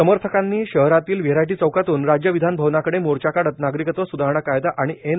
समर्थकांनी शहरातील वैरायटी चौकातून राज्य विधान भवनाकडे मोर्चा काढतए नागरिकत्व स्धारणा कायदा आणि एन